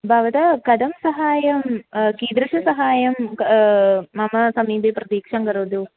भवता कथं सहायं कीदृशं सहायं कं मम समीपे प्रतीक्षां करोतु